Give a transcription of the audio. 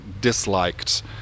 disliked